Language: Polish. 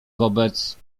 wobec